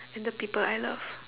and the people I love